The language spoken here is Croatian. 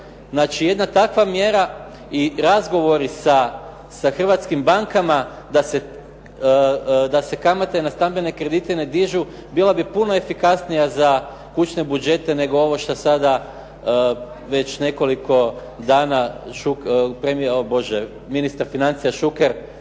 jedna takva mjera i razgovori sa hrvatskih bankama da se kamate na stambene kredite ne dižu, bila bi puno efikasnija za kućne budžete nego ovo što sada već nekoliko dana ministar financija Šuker